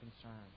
concern